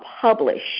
publish